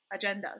agendas